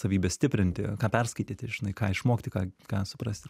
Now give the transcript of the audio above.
savybes stiprinti ką perskaityti žinai ką išmokti ką ką suprasti